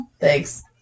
Thanks